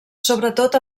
sobretot